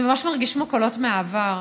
זה ממש מרגיש כמו קולות מהעבר.